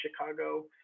Chicago